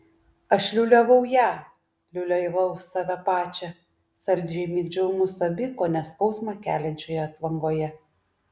aš liūliavau ją liūliavau save pačią saldžiai migdžiau mus abi kone skausmą keliančioje atvangoje